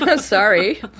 Sorry